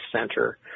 center